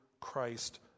Christ